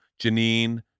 Janine